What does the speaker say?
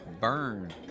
Burn